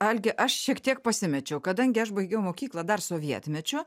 algi aš šiek tiek pasimečiau kadangi aš baigiau mokyklą dar sovietmečiu